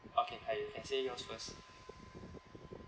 okay uh you can say yours first